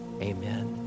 amen